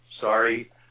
sorry